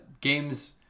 games